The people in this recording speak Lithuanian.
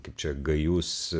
kaip čia gajus